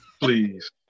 Please